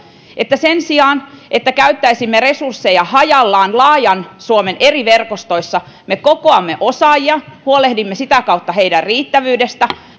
että sen sijaan että käyttäisimme resursseja hajallaan laajan suomen eri verkostoissa me kokoamme osaajia huolehdimme sitä kautta heidän riittävyydestään